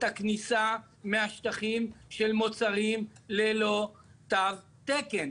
הכניסה מהשטחים של מוצרים ללא תו תקן?